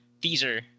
Teaser